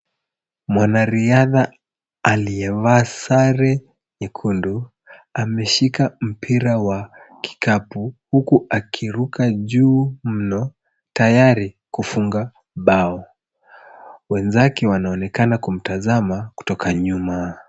Mwanariadha aliyevaa sare nyekundu ameshika mpira wa kikapu huku akiruka juu mno tayari kufunga bao. Wenzake wanaonekana kumtazama kutoka nyuma.